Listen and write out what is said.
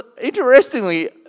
interestingly